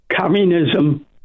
communism